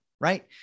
right